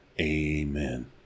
Amen